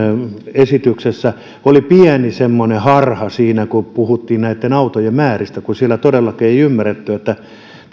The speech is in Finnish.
esityksessä oli semmoinen pieni harha siinä kun puhuttiin näitten autojen määristä kun siellä todellakaan ei ymmärretty että